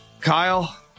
Kyle